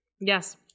yes